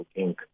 Inc